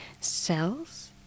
cells